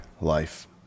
life